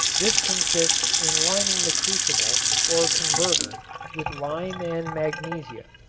this consists in lining the crucible or converter with lime and magnesia,